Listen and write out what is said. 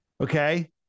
Okay